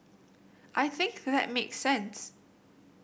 I think that makes sense